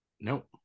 Nope